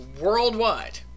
worldwide